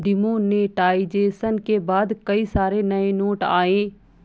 demonetisation के बाद कई सारे नए नोट आये